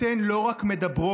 אתן לא רק מדברות,